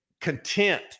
content